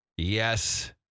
Yes